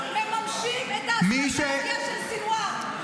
מממשים את האסטרטגיה של סנוואר.